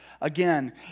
Again